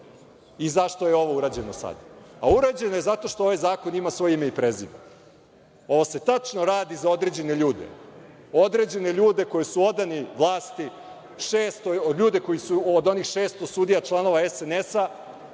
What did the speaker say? i zašto je ovo urađeno sada, a urađeno je zato što ovaj zakon ima svoje ime i prezime. On se tačno radi za određene ljude, određene ljude koji su odane vlasti, ljude koji su od onih 600 sudija članova SNS